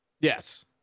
Yes